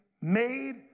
made